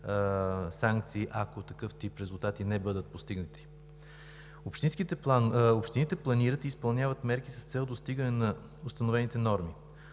санкции, ако такъв тип резултати не бъдат постигнати. Общините планират и изпълняват мерки с цел достигане на установените норми.